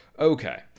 Okay